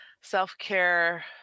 self-care